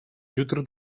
jutro